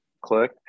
click